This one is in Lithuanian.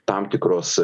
tam tikros